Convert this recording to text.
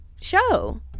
show